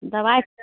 दबाइ